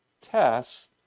tests